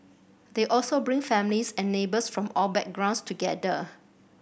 they also bring families and neighbours from all backgrounds together